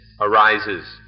arises